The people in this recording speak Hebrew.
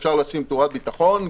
אפשר לשים תאורת ביטחון,